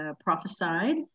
prophesied